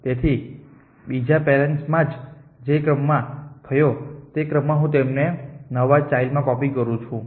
તેથી બીજા પેરેન્ટ્સ માં જે ક્રમમાં થયો તે ક્રમમાં હું તેમને આ નવા ચાઈલ્ડ માં કોપી કરું છું